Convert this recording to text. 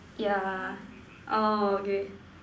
yeah oh okay